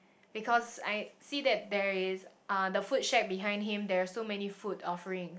because I see that there is uh food shack behind him there are so many food offering